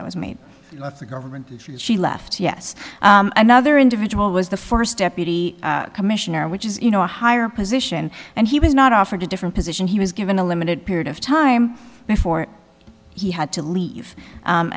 that was made at the government she left yes another individual was the first deputy commissioner which is you know a higher position and he was not offered a different position he was given a limited period of time before he had to leave